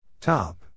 Top